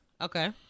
okay